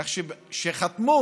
כשחתמו.